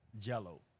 Jell-O